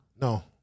No